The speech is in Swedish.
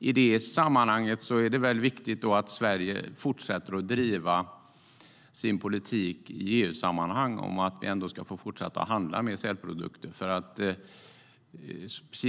I det sammanhanget är det viktigt att Sverige fortsätter driva sin politik i EU-sammanhang om att vi ska få fortsätta handla med sälprodukter.